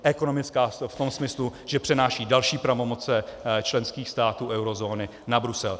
Ekonomická v tom smyslu, že přenáší další pravomoci členských států eurozóny na Brusel.